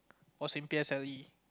was in P_S_L_E